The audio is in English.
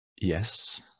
yes